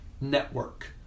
network